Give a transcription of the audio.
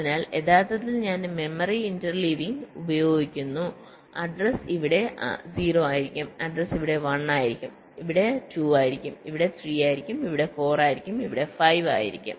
അതിനാൽ യഥാർത്ഥത്തിൽ ഞാൻ മെമ്മറി ഇന്റർലീവിംഗ് ഉപയോഗിക്കുന്നുഅഡ്രസ് ഇവിടെ 0ആയിരിക്കും അഡ്രസ് ഇവിടെ1 ആയിരിക്കും ഇവിടെ 2ആയിരിക്കും ഇവിടെ 3ആയിരിക്കും ഇവിടെ4 ആയിരിക്കും ഇവിടെ 5ആയിരിക്കും